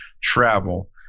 travel